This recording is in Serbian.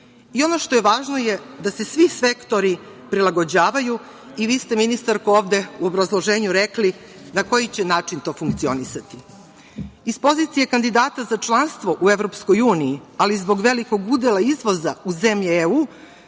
što je važno jeste da se svi sektori prilagođavaju i vi ste, ministarko, ovde u obrazloženju rekli na koji će način to funkcionisati. Iz pozicije kandidata za članstvo u EU, ali i zbog velikog udela izvoza u zemlje EU,